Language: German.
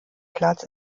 platz